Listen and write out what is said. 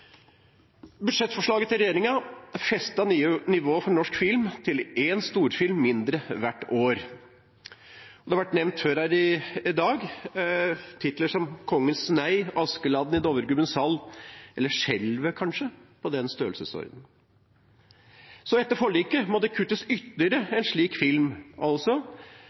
Budsjettforslaget til regjeringen festet nivået for norsk film til én storfilm mindre hvert år. Det har før i dag vært nevnt titler som Kongens Nei, Askeladden – i Dovregubbens hall eller Skjelvet, i den størrelsesordenen. Etter forliket må det kuttes ytterligere én slik film,